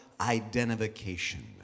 identification